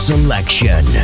Selection